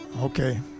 Okay